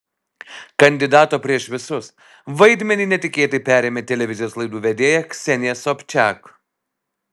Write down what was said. kandidato prieš visus vaidmenį netikėtai perėmė televizijos laidų vedėja ksenija sobčiak